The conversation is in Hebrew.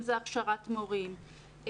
אם זה הכשרת מורים,